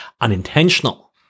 unintentional